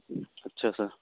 ਅੱਛਾ ਸਰ